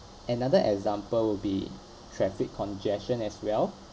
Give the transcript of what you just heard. another example will be traffic congestion as well